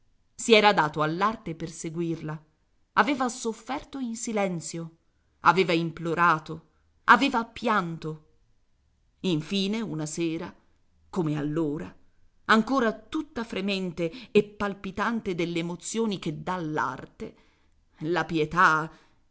si era dato all'arte per seguirla aveva sofferto in silenzio aveva implorato aveva pianto infine una sera come allora ancora tutta fremente e palpitante delle emozioni che dà l'arte la pietà